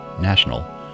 national